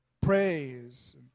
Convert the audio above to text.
praise